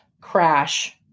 crash